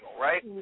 right